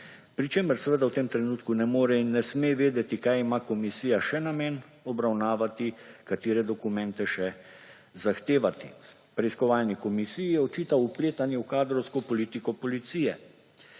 pri čemer seveda v tem trenutku ne more in ne sme vedeti, kaj ima komisija še namen obravnavati, katere dokumente še zahtevati. Preiskovalni komisiji je očital vpletanje v kadrovsko politiko policije,